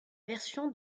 version